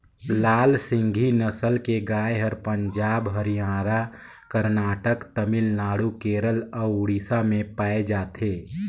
लाल सिंघी नसल के गाय हर पंजाब, हरियाणा, करनाटक, तमिलनाडु, केरल अउ उड़ीसा में पाए जाथे